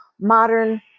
Modern